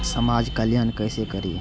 समाज कल्याण केसे करी?